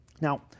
Now